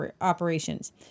operations